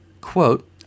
Quote